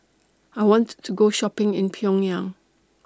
I want to Go Shopping in Pyongyang